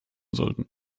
sollten